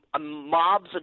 mobs